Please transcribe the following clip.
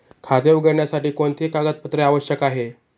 खाते उघडण्यासाठी कोणती कागदपत्रे आवश्यक आहे?